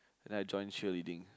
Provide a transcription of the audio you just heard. then I join cheerleading